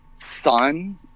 son